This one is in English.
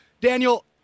Daniel